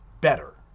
better